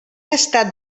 estat